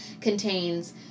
contains